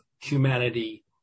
humanity